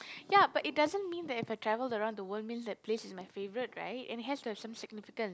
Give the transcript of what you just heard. ya but it doesn't mean that if I travel around the world means that place is my favourite right it has to have some significance